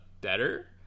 better